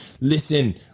listen